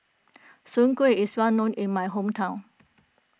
Soon Kueh is well known in my hometown